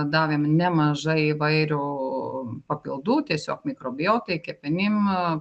davėm nemažai įvairių papildų tiesiog mikrobiotai kepenim